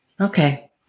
okay